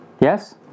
Yes